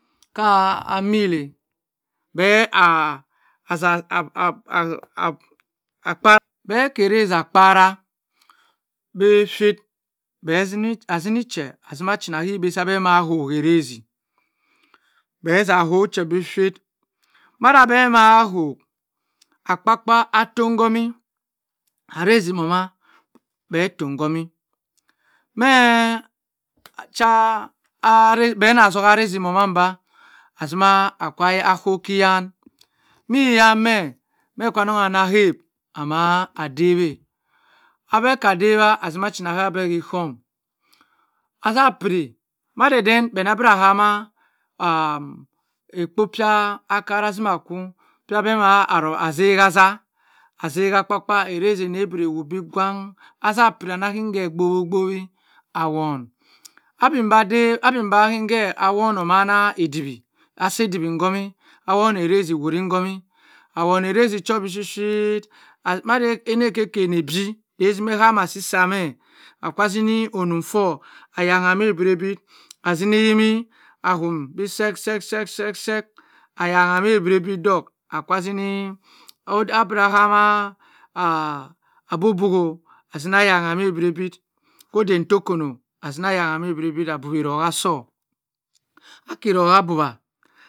beh ki arazi aza kpara bishi bhe zini che azima chinaa kibe sa abeh mah ho erazy beh za hol seh bi shit maza beh ama hol akpaakpa attoh ngomi arazu morma beh toh ngomi meh cha aa behma zoha erazy morma duma azima akah koh kiyan miyan meh, meh kwa anong hap amah adewe abeh ka dewah azima aza kabeh hicom aza piri maden den be nah bira hama ahm ekpo pkia acara zima kwu abeh ma zeha aza, azeha akpa kpa erezy eney bra wout bi guann azahpri ana zi nghe agbowogbui aa wonh a membah yinge awon omana ediwi asy ediwi ngomi a wone arezy wuri gomi awoney erazy soh bishi shi madee ene ka ka ebie dimeh hama asi sa meh aka zini onun kwo ayangha ke ebira bi azini eyimi ahome bi sek sek ayangha kabriabri dolk akazini, abubuyi azima yanghe ke bire bi kode ntokon azimayan ke ediwiroha soh aka yan a buwi eroho soh.